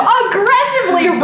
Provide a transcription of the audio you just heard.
aggressively